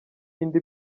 indi